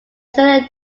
generally